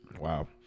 Wow